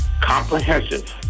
comprehensive